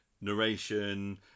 narration